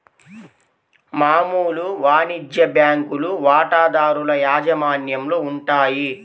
మామూలు వాణిజ్య బ్యాంకులు వాటాదారుల యాజమాన్యంలో ఉంటాయి